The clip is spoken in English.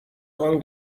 along